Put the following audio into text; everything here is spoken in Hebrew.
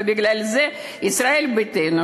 ובגלל זה ישראל ביתנו,